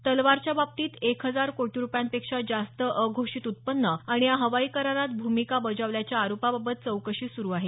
तलवारच्या बाबतीत एक हजार कोटी रुपयांपेक्षा जास्त अघोषित उत्पन्न आणि या हवाई करारात भूमिका बजावल्याच्या आरोपाबाबत चौकशी सुरु आहे